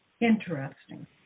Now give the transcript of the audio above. interesting